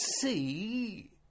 see